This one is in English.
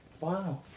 Wow